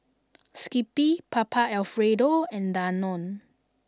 Skippy Papa Alfredo and Danone